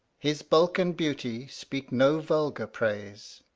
his bulk and beauty speak no vulgar praise.